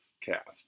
cast